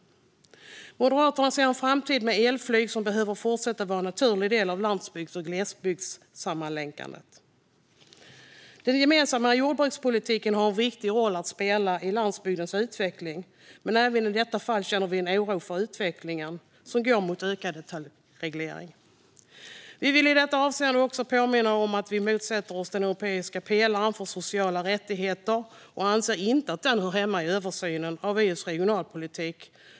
Moderaterna ser en framtid med elflyg som behöver fortsätta att vara en naturlig del av landsbygds och glesbygdssammanlänkandet. Den gemensamma jordbrukspolitiken har en viktig roll att spela i landsbygdernas utveckling. Men även i detta fall känner vi en oro för utvecklingen, som går mot ökad detaljreglering. Vi vill i detta avseende också påminna om att vi motsätter oss den europeiska pelaren för sociala rättigheter. Vi anser inte att den hör hemma i översynen av EU:s regionalpolitik.